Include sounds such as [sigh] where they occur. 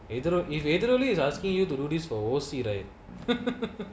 ethiro~ if Ethiroli is asking you to do this for all this right [laughs]